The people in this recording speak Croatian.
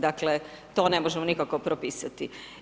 Dakle to ne možemo nikako propisati.